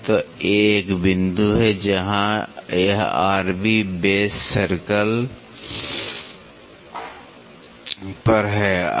तो ए एक बिंदु है जहां यह बेस सर्कल पर है